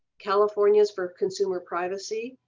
californians for consumer privacy,